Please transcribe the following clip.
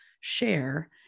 share